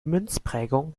münzprägung